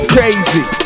Crazy